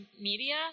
media